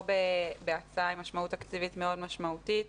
בהצעה עם משמעות תקציבית מאוד משמעותית,